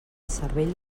cervell